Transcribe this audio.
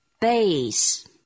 base